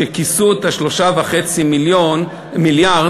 שכיסו את 3.5 המיליארד,